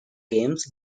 games